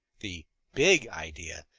the big idea,